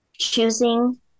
Choosing